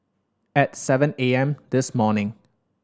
at seven A M this morning